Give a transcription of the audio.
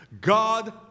God